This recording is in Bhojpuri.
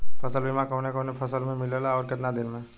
फ़सल बीमा कवने कवने फसल में मिलेला अउर कितना दिन में?